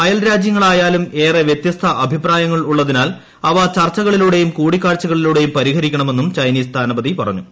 അയൽരാജ്യങ്ങൾ ആയാലും ഏറെ വൃത്യസ്ത അഭിപ്രായങ്ങൾ ഉള്ളതിനാൽ അവ ചർച്ചകളിലൂടെയും കൂടിക്കാഴ്ചയിലൂടെയും പരിഹരിക്കണമെന്നും ചൈനീസ് സ്ഥാനപതി പറഞ്ഞു